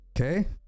okay